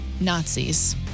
Nazis